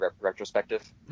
retrospective